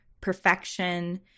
perfection